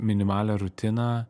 minimalią rutiną